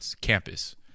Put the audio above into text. campus